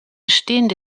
stehende